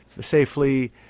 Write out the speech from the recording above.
safely